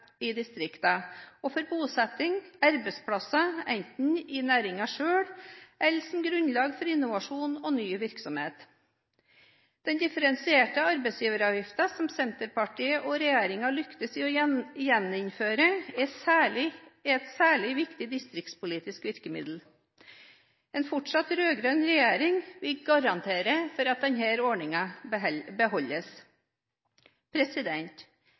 eller som grunnlag for innovasjon og ny virksomhet. Den differensierte arbeidsgiveravgiften som Senterpartiet og regjeringen lyktes med å gjeninnføre, er et særlig viktig distriktspolitisk virkemiddel. En fortsatt rød-grønn regjering vil garantere for at